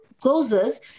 closes